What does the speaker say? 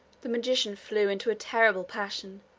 the magician flew into a terrible passion,